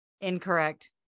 Incorrect